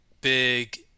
big